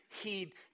heed